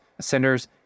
centers